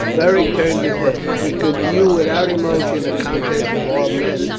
beric turned his head. he could view without emotion a contest of armed men,